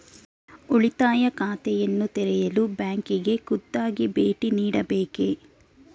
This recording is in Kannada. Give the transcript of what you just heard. ಉಳಿತಾಯ ಖಾತೆಯನ್ನು ತೆರೆಯಲು ಬ್ಯಾಂಕಿಗೆ ಖುದ್ದಾಗಿ ಭೇಟಿ ನೀಡಬೇಕೇ?